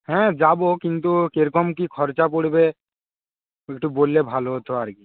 হ্যাঁ যাব কিন্তু কীরকম কী খরচা পড়বে বললে ভালো হতো আর কি